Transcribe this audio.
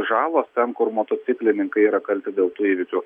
žalos ten kur motociklininkai yra kalti dėl tų įvykių